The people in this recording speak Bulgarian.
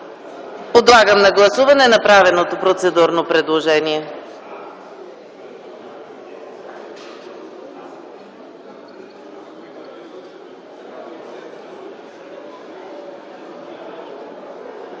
Подлагам на гласуване направеното процедурно предложение.